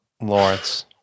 Lawrence